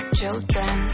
children